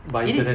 it is